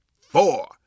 four